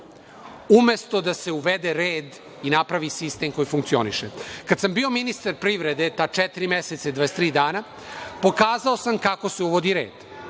umesto da se uvede u red i napravi sistem koji funkcioniše. Kad sam bio ministar privrede, ta četiri meseca i 23 dana, pokazao sam kako se uvodi red,